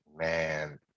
Man